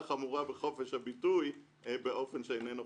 חמורה בחופש הביטוי באופן שאינו חוקתי.